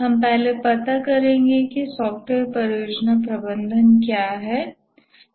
हम पहले पता करेंगे कि सॉफ्टवेयर परियोजना प्रबंधन क्या है